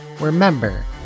Remember